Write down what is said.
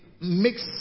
mix